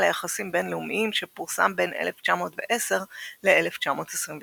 ליחסים בינלאומיים" שפורסם בין 1910 ל-1922,